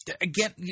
Again